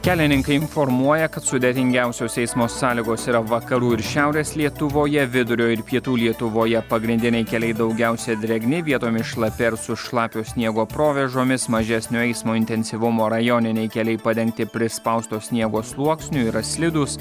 kelininkai informuoja kad sudėtingiausios eismo sąlygos yra vakarų ir šiaurės lietuvoje vidurio ir pietų lietuvoje pagrindiniai keliai daugiausia drėgni vietomis šlapi ar su šlapio sniego provėžomis mažesnio eismo intensyvumo rajoniniai keliai padengti prispausto sniego sluoksniu yra slidūs